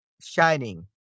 shining